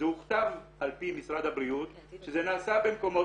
זה הוכתב על פי משרד הבריאות שזה נעשה במקומות